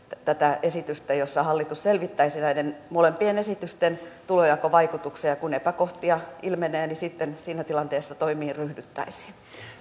tätä esitystä jossa hallitus selvittäisi näiden molempien esitysten tulonjakovaikutuksen ja kun epäkohtia ilmenee niin sitten siinä tilanteessa toimiin ryhdyttäisiin